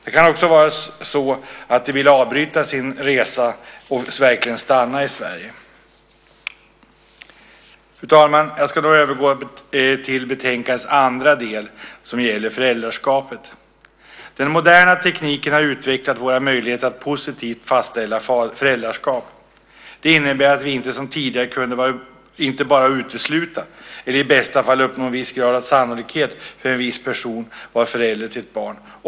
Det kan också vara så att de vill avbryta sin resa och verkligen stanna i Sverige. Jag ska nu övergå till betänkandets andra del som gäller föräldraskapet. Den moderna tekniken har utvecklat våra möjligheter att positivt fastställa föräldraskap. Det innebär att vi inte som tidigare bara kan utesluta eller i bästa fall uppnå en viss grad av sannolikhet för att en viss person är förälder till ett barn.